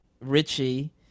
Richie